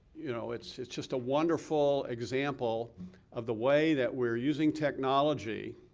you know, it's it's just a wonderful example of the way that we're using technology